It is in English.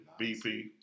BP